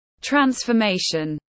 transformation